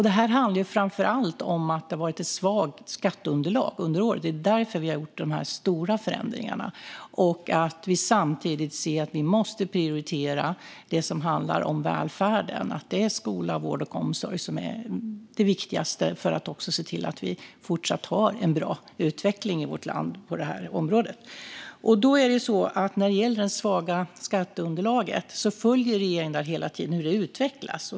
Det här handlar framför allt om att det har varit ett svagt skatteunderlag under året. Det är därför vi har gjort de här stora förändringarna och ser att vi måste prioritera det som handlar om välfärden. Skola, vård och omsorg är det viktigaste för att se till att vi fortsatt har en bra utveckling i vårt land på det här området. När det gäller det svaga skatteunderlaget följer regeringen hela tiden hur det utvecklas.